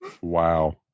Wow